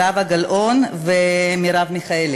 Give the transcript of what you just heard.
זהבה גלאון ומרב מיכאלי.